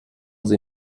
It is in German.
sie